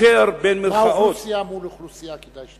מהי האוכלוסייה מול אוכלוסייה?